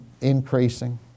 increasing